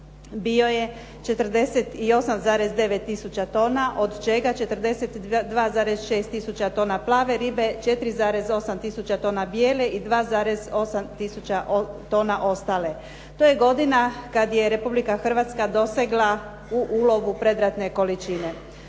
bio je 48,9 tisuća tona, od čega 42,6 tisuća tona plave ribe, 4,8 tisuća tona bijele i 2,8 tisuća tone ostale. To je godina kad je Republika Hrvatska dosegla u ulovu predratne količine.